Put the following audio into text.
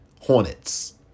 Hornets